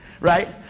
right